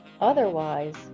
Otherwise